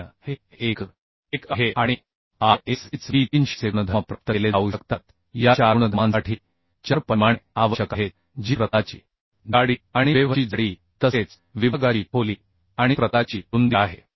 1आहे आणि ISHB 300 चे गुणधर्म प्राप्त केले जाऊ शकतात या चार गुणधर्मांसाठी चार परिमाणे आवश्यक आहेत जी प्रतलाची जाडी आणि वेव्हची जाडी तसेच विभागाची खोली आणि प्रतलाची रुंदी आहे